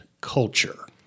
culture